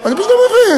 אני פשוט לא מבין.